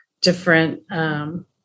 different